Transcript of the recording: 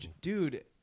dude